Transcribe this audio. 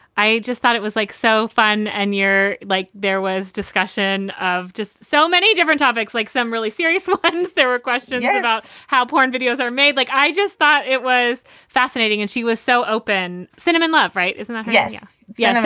i just thought it was, like, so fun. and you're like there was discussion of just so many different topics, like some really serious ones. there are questions yeah about how porn videos are made. like i just thought it was fascinating. and she was so open. zinnemann love, right. isn't that. yes, yeah yeah and yes.